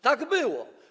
Tak było.